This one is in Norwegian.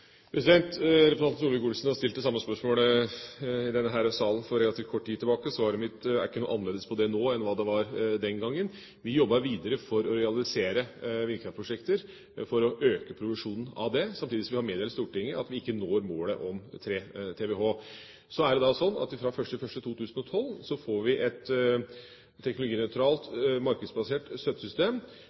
Representanten Solvik-Olsen stilte det samme spørsmålet i denne salen for relativt kort tid tilbake, og svaret mitt på det er ikke annerledes nå enn hva det var den gangen. Vi jobber videre for å realisere vindkraftprosjekter, for å øke produksjonen av disse, samtidig som vi har meddelt Stortinget at vi ikke når målet om 3 TWh. Så er det slik at fra 1. januar 2012 får vi et teknologinøytralt, markedsbasert støttesystem,